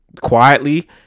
quietly